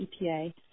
EPA